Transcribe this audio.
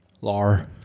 lar